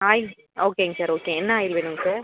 oil ஓகேங்க sir okay என்ன oil வேணுங்க சார்